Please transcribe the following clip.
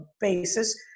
basis